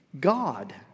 God